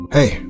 Hey